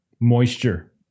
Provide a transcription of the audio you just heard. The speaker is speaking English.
moisture